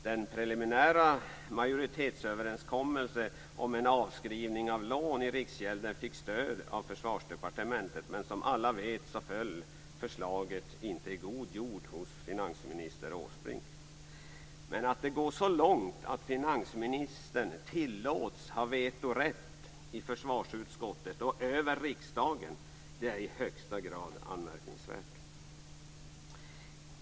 Den preliminära majoritetsöverenskommelsen om en avskrivning av lån i riksgälden fick stöd av Försvarsdepartementet, men som alla vet föll förslaget inte i god jord hos finansminister Åsbrink. Att det går så långt att finansministern tillåts ha vetorätt i försvarsutskottet och över riksdagen är i högsta grad anmärkningsvärt.